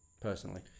personally